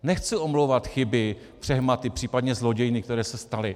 Nechci omlouvat chyby, přehmaty, případně zlodějny, které se staly.